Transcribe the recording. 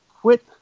quit